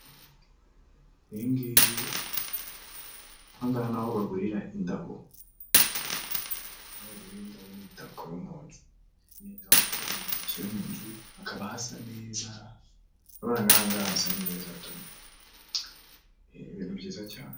Iyi ngiyi aha ngaha ni aho bagurira indabo, aho bagurira indabo n'imitako yo mu nzu. Imitako ni ibintu bashyira mu nzu hakaba hasa neza, urabona n'aha ngaha hasa neza tu ibintu byiza cyane.